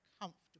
comfortable